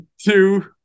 two